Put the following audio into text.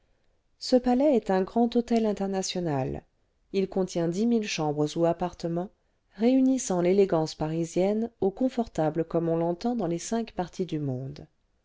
ce palais est un grand hôtel international il contient dix mille chambres ou appartements réunissant l'élégance parisienne au confortable comme on l'entend dans les cinq parties du monde